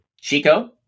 Chico